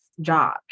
job